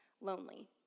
lonely